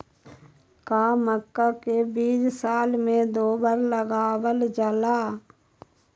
का मक्का के बीज साल में दो बार लगावल जला?